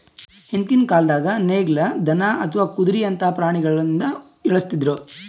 ಹಿಂದ್ಕಿನ್ ಕಾಲ್ದಾಗ ನೇಗಿಲ್, ದನಾ ಅಥವಾ ಕುದ್ರಿಯಂತಾ ಪ್ರಾಣಿಗೊಳಿಂದ ಎಳಸ್ತಿದ್ರು